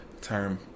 term